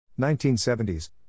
1970s